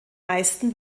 meisten